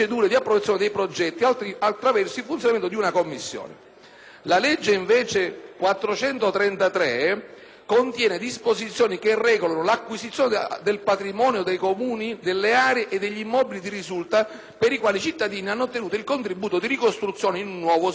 La legge n. 433 del 1991 contiene invece disposizioni che regolano l'acquisizione al patrimonio dei Comuni delle aree o degli immobili di risulta per i quali i cittadini hanno ottenuto il contributo di ricostruzione in un nuovo sito, consentendo ai Comuni stessi di intervenire per la salvaguardia,